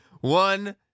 One